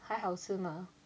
还好吃吗